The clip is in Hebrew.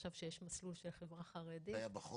עכשיו שיש מסלול של חברה חרדית -- זה היה בחוק?